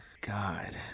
God